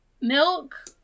milk